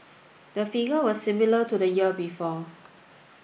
the figure was similar to the year before